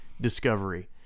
Discovery